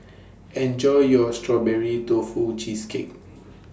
Enjoy your Strawberry Tofu Cheesecake